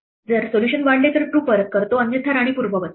जर जर सोल्युशन वाढले तर true परत करतो अन्यथा राणी पूर्ववत करतो